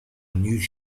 news